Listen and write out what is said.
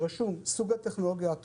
שבה רשום סוג הטכנולוגיה או התרופה,